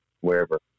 wherever